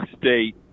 State